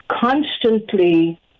Constantly